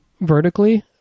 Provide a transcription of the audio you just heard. vertically